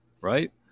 right